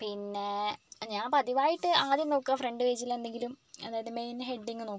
പിന്നെ ഞാൻ പതിവായിട്ട് ആദ്യം നോക്കുക ഫ്രണ്ട് പേജിൽ എന്തെങ്കിലും അതായത് മെയിൻ ഹെഡിങ് നോക്കും